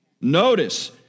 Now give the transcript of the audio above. Notice